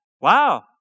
wow